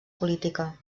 política